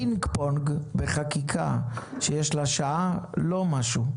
פינג-פונג בחקיקה שיש לה שעה זה לא משהו.